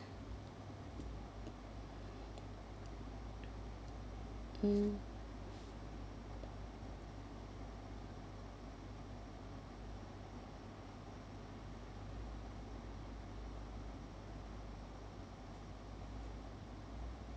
mm